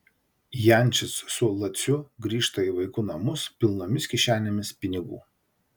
jančis su laciu grįžta į vaikų namus pilnomis kišenėmis pinigų